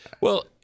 Well-